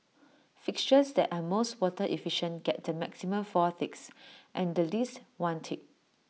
fixtures that are most water efficient get the maximum four ticks and the least one tick